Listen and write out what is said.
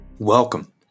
Welcome